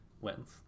wins